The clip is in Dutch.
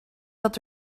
dat